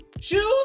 Shoes